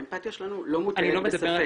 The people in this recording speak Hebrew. האמפתיה שלנו לא מוטלת בספק.